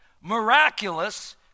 miraculous